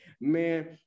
man